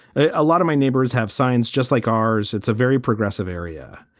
a lot of my neighbors have signs just like ours. it's a very progressive area,